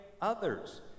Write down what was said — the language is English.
others